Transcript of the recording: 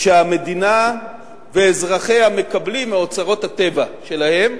שהמדינה ואזרחיה מקבלים מאוצרות הטבע שלהם,